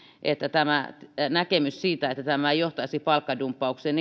että tämä näkemys siitä että tämä ei johtaisi palkkadumppaukseen